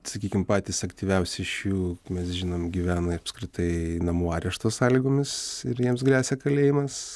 sakykim patys aktyviausi iš jų mes žinom gyvena apskritai namų arešto sąlygomis ir jiems gresia kalėjimas